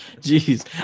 Jeez